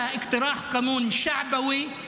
זו הצעת חוק פופוליסטית,